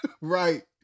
Right